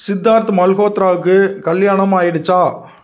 சித்தார்த் மல்ஹோத்ராக்கு கல்யாணம் ஆகிடுச்சா